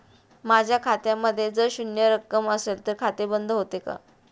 माझ्या खात्यामध्ये जर शून्य रक्कम असेल तर खाते बंद होते का?